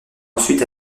ensuite